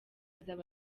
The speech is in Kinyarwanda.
azaba